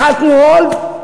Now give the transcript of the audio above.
לחצנו hold,